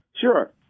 sure